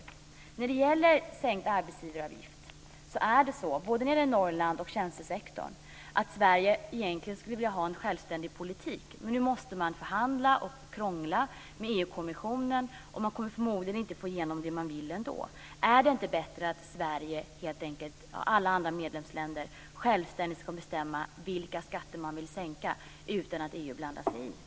I fråga om sänkt arbetsgivaravgift skulle Sverige egentligen, beträffande både Norrland och tjänstesektorn, vilja ha en självständig politik. Men nu måste man förhandla och krångla med EU-kommissionen. Ändå kommer man förmodligen inte att få igenom det man vill. Är det inte bättre att Sverige och alla andra medlemsländer helt enkelt självständigt får bestämma vilka skatter man vill sänka utan att EU blandar sig i?